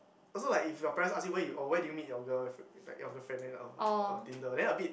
also like if your parents ask you where you oh where do you meet your girl like your girlfriend then er er tinder then a bit